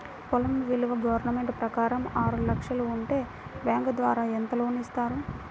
పొలం విలువ గవర్నమెంట్ ప్రకారం ఆరు లక్షలు ఉంటే బ్యాంకు ద్వారా ఎంత లోన్ ఇస్తారు?